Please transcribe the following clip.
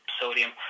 sodium